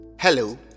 Hello